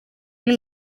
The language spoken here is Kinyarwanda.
muri